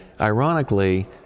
ironically